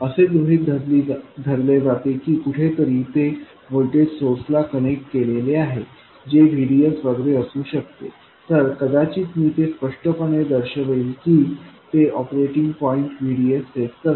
असे गृहीत धरले जाते की कुठेतरी ते व्होल्टेज सोर्स ला कनेक्ट केलेले आहे जे VDSवगैरे असू शकते तर कदाचित मी ते स्पष्टपणे दर्शवेल की ते ऑपरेटिंग पॉईंट VDS सेट करते